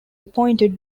appointed